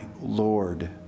Lord